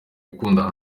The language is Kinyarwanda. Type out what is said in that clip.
gukunda